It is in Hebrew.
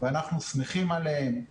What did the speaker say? ואנחנו שמחים עליהן.